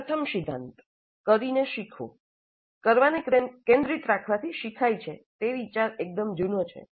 પ્રથમ સિદ્ધાંત "કરીને શીખવું" કરવાને કેન્દ્રિત રાખવાથી શીખાય છે તે વિચાર એકદમ જૂનો છે